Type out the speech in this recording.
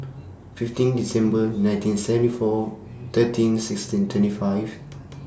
fifteen December nineteen seventy four thirteen sixteen twenty five